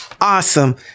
awesome